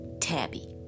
Tabby